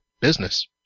business